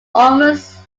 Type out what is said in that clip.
almost